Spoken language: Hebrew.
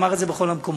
אמר את זה בכל המקומות.